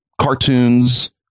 cartoons